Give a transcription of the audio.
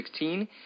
2016